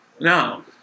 no